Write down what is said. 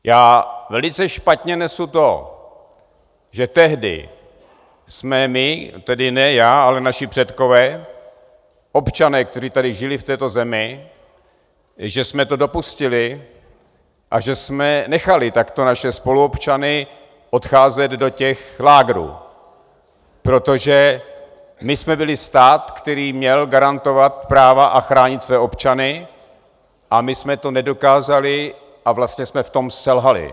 Já velice špatně nesu to, že tehdy jsme my, tedy ne já, ale naši předkové, občané, kteří tady žili v této zemi, že jsme to dopustili a že jsme nechali takto naše spoluobčany odcházet do těch lágrů, protože my jsme byli stát, který měl garantovat práva a chránit své občany, a my jsme to nedokázali a vlastně jsme v tom selhali.